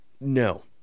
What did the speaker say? No